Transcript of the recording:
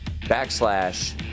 Backslash